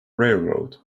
railroad